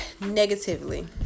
negatively